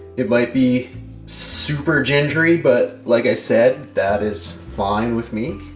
it might be super gingery, but like i said, that is fine with me.